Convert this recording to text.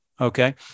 Okay